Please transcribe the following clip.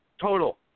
total